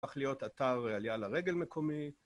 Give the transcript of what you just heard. הפך להיות אתר עלייה לרגל מקומי.